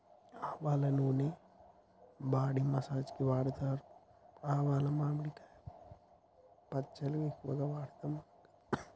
ఆవల నూనె body massage కి వాడుతారు ఆవాలు మామిడికాయ పచ్చళ్ళ ఎక్కువ వాడుతాం మనం కదా